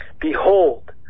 behold